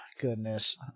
goodness